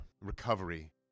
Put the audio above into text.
recovery